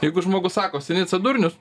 jeigu žmogus sako sinica durnius